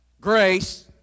Grace